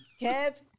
Kev